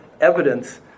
evidence